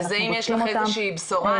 אז האם יש לך איזושהי בשורה?